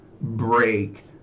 break